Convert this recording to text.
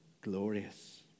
glorious